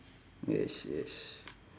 yes yes